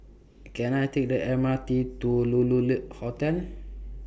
Can I Take The M R T to Lulu Lee Hotel